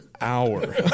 hour